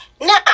Now